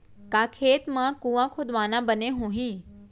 का खेत मा कुंआ खोदवाना बने होही?